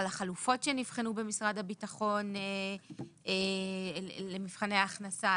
על החלופות שנבחנו במשרד הביטחון למבחני ההכנסה,